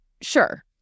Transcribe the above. sure